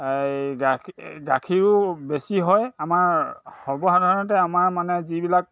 এই গাখীৰ গাখীৰো বেছি হয় আমাৰ সৰ্বসাধাৰণতে আমাৰ মানে যিবিলাক